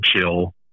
chill